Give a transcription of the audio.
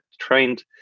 trained